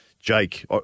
Jake